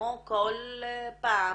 כמו כל פעם